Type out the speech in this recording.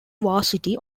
varsity